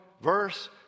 verse